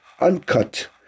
uncut